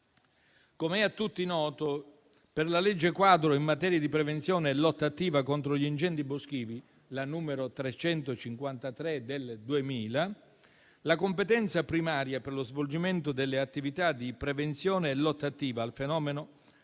Com'è a tutti noto, per la legge quadro in materia di prevenzione e lotta attiva contro gli incendi boschivi, la n. 353 del 2000, la competenza primaria per lo svolgimento delle attività di prevenzione e lotta attiva al fenomeno